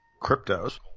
cryptos